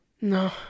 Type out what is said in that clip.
No